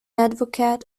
advocate